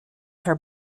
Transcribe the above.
her